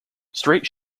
straight